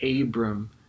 Abram